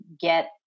get